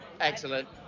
Excellent